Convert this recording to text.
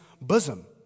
bosom